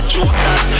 Jordan